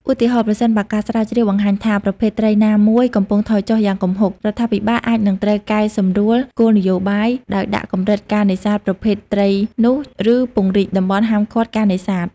ឧទាហរណ៍ ប្រសិនបើការស្រាវជ្រាវបង្ហាញថាប្រភេទត្រីណាមួយកំពុងថយចុះយ៉ាងគំហុក រដ្ឋាភិបាលអាចនឹងត្រូវកែសម្រួលគោលនយោបាយ ដោយដាក់កម្រិតការនេសាទប្រភេទត្រីនោះ ឬពង្រីកតំបន់ហាមឃាត់ការនេសាទ។